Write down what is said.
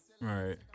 Right